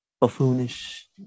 buffoonish